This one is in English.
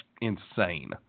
insane